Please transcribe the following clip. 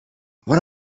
what